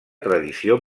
tradició